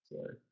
Sorry